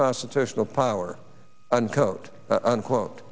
constitutional power and coat unquote